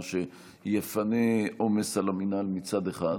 מה שיפנה עומס מן המינהל מצד אחד,